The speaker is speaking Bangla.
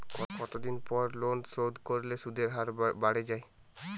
কতদিন পর লোন শোধ করলে সুদের হার বাড়ে য়ায়?